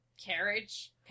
carriage